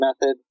method